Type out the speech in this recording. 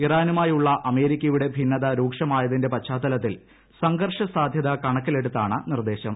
ഇറാനുമായുള്ള അമേരിക്കയുടെ ഭിന്നത രൂക്ഷമായതിന്റെ പശ്ചാത്തലത്തിൽ സംഘർഷ സാധൃത കണക്കിലെടുത്താണ് നിർദ്ദേശം